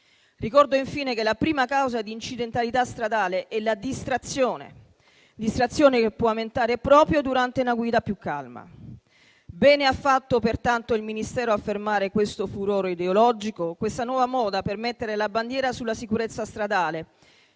Ricordo, infine, che la prima causa di incidentalità stradale è la distrazione. Distrazione che può aumentare proprio durante una guida più calma. Bene ha fatto, pertanto, il Ministero a fermare questo furore ideologico, questa nuova moda di mettere la bandiera sulla sicurezza stradale,